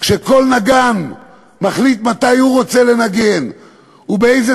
וכל נגן מחליט מתי הוא רוצה לנגן ובאיזה